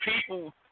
people